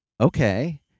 okay